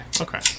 Okay